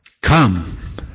Come